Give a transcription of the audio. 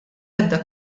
ebda